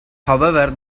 however